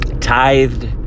tithed